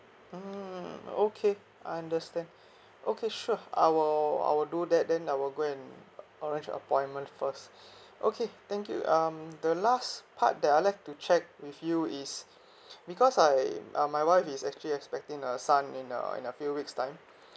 mmhmm okay understand okay sure I will I will do that then I will go and arrange appointment first okay thank you um the last part that I'd like to check with you is because I uh my wife is actually expecting a son in a in a few weeks time